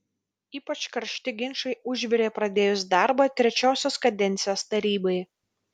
ypač karšti ginčai užvirė pradėjus darbą trečiosios kadencijos tarybai